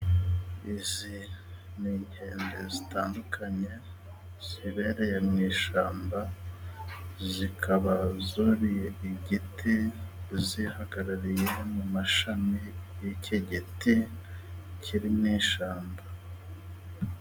Izi ni inkende zitandukanye zibereye mu ishyamba. Zikaba zuriye igiti . Zihagarariye mu mashami y'icyo giti kiri mu ishamba.